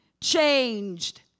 Changed